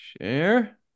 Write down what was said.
Share